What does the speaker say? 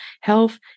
health